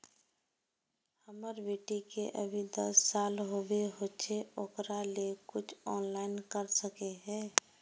हमर बेटी के अभी दस साल होबे होचे ओकरा ले कुछ ऑनलाइन कर सके है?